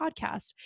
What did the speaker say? podcast